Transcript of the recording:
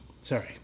Sorry